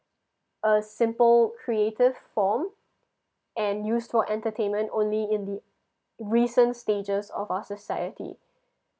a simple creative form and used for entertainment only in the recent stages of our society